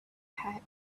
had